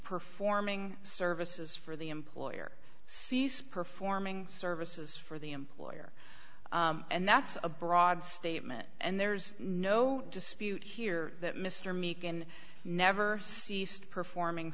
performing services for the employer sees performing services for the employer and that's a broad statement and there's no dispute here that mr meek and never ceased performing